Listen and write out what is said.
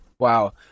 Wow